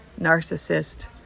narcissist